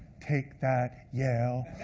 take that yale.